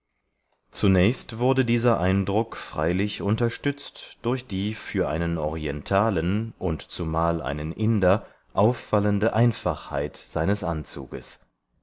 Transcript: zunächst wurde dieser eindruck freilich unterstützt durch die für einen orientalen und zumal einen inder auffallende einfachheit seines anzuges